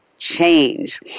change